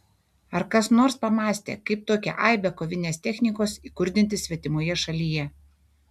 ar kas nors pamąstė kaip tokią aibę kovinės technikos įkurdinti svetimoje šalyje